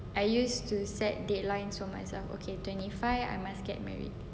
I used to set deadlines for myself okay twenty five I must get married